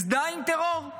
הזדהה עם טרור?